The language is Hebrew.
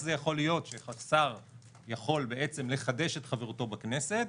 זה יכול להיות ששר יכול לחדש את חברותו בכנסת,